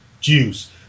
juice